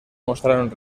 mostraron